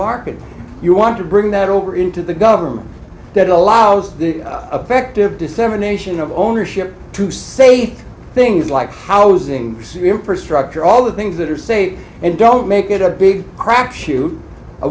market you want to bring that over into the government that allows the affective dissemination of ownership to say things like housing the infrastructure all the things that are say and don't make it a big crack shoo